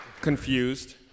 confused